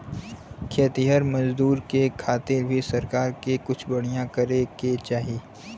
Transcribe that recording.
खेतिहर मजदूर के खातिर भी सरकार के कुछ बढ़िया करे के चाही